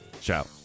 Ciao